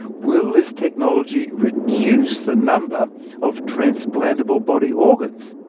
will this technology reduce the numbers of transplantable body organs?